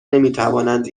نمیتوانند